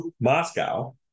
Moscow